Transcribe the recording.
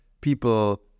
people